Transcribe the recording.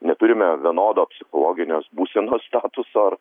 neturime vienodo psichologinės būsenos statuso ar